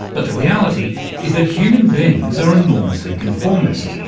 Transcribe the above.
but the reality is that human beings are enormously conformist.